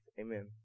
Amen